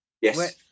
Yes